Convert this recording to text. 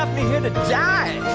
um me here to die!